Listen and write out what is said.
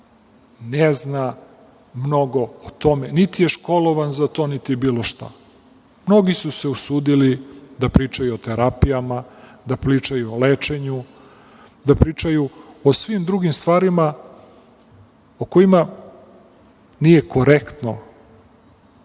ne zna mnogo o tome, niti je školovan za to, niti bilo šta. Mnogi su se usudili da pričaju o terapijama, da pričaju o lečenju, da pričaju o svim drugim stvarima o kojima nije korektno